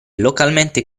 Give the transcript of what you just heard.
localmente